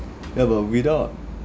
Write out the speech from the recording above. ya but without